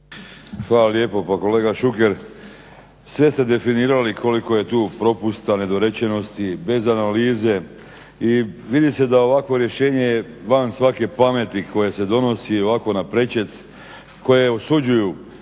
Hvala lijepo. Pa kolega Šuker sve ste definirali koliko je tu propusta, nedorečenosti, bez analize i vidi se da ovakvo rješenje je van svake pameti koje se donosi ovako naprečac, koje osuđuju